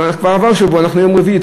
כבר עבר שבוע, אנחנו ביום רביעי.